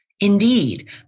Indeed